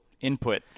input